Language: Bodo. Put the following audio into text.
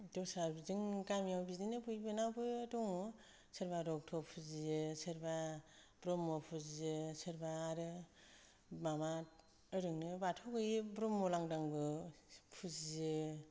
दस्रा बिदि जों गामियाव बिदिनो गुबुनाबो दङ सोरबा रक्त' फुजियो सोरबा ब्रह्म फुजियो सोरबा आरो माबा ओरैनो बाथौ होयो ब्रह्म लांदांबो फुजियो